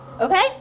okay